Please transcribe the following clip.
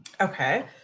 okay